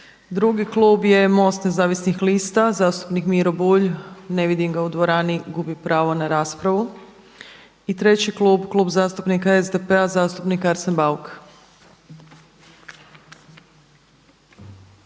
Drugi klub je MOST nezavisnih lista zastupnik Miro Bulj. Ne vidim ga u dvorani. Gubi pravo na raspravu. I treći klub, Klub zastupnika SDP-a zastupnik Arsen Bauk.